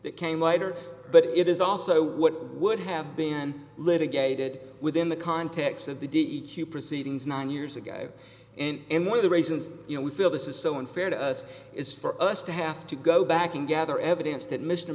that came later but it is also what would have been litigated within the context of the d e q proceedings nine years ago and more the reasons you know we feel this is so unfair to us is for us to have to go back and gather evidence that mr